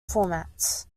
formats